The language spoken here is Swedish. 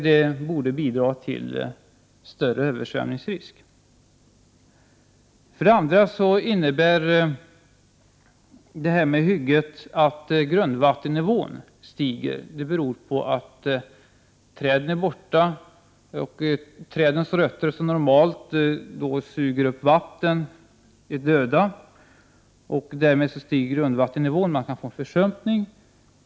Det borde bidra till större översvämningsrisk. Förekomsten av hyggen medför vidare att grundvattennivån stiger. Det beror på att träden är borta och att trädens rötter, som normalt suger upp vatten, är döda. Därmed stiger grundvattennivån. Man kan få en försumpning.